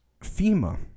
FEMA